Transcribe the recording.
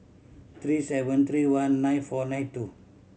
three seven three one nine four nine two